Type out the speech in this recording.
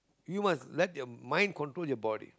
you must let your mind control your body